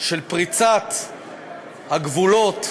של פריצת הגבולות,